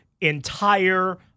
entire